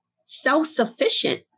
self-sufficient